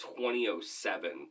2007